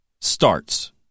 starts